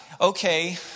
okay